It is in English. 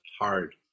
hard